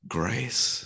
grace